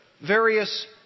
various